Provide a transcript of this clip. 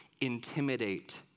intimidate